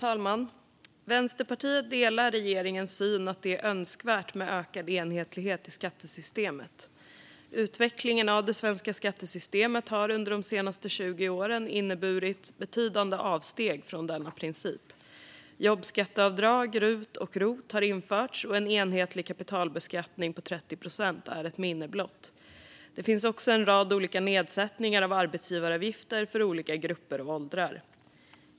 Fru talman! Vänsterpartiet delar regeringens syn att det är önskvärt med ökad enhetlighet i skattesystemet. Utvecklingen av det svenska skattesystemet har under de senaste 20 åren inneburit betydande avsteg från denna princip. Jobbskatteavdrag, rut och rot har införts, och en enhetlig kapitalbeskattning på 30 procent är ett minne blott. Det finns också en rad olika nedsättningar av arbetsgivaravgifter för olika grupper och åldrar.